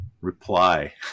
reply